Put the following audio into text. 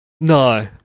No